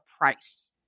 price